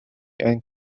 and